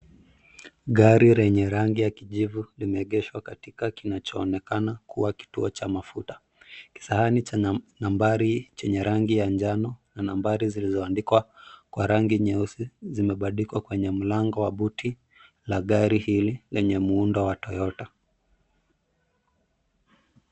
Gari lenye rangi ya kijivu lime egeshwa katika kinacho onekana kuwa kituo cha mafuta. Kisahani cha nambari chenye rangi ya njano na nambari zilizoandikwa kwa rangi nyeusi zimebandikwa kwenye mlango wa buti la gari hili lenye muundo wa Toyota.